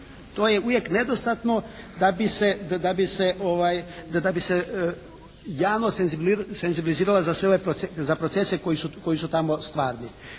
To je uvijek nedostatno da bi se javnost senzibilizirala za sve ove, za procese koji su tamo stvarni.